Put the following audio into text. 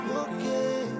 okay